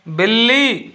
बिल्ली